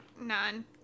none